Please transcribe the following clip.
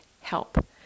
help